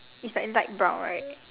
is like light brown right